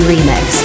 Remix